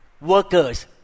Workers